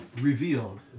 revealed